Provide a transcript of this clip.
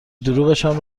دروغشان